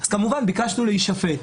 כמובן ביקשנו להישפט.